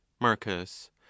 marcus